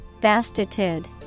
Vastitude